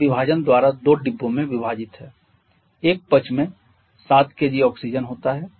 यह विभाजन द्वारा दो डिब्बों में विभाजित है एक पक्ष में 7 kg ऑक्सीजन होता है